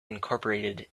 incorporated